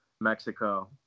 Mexico